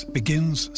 begins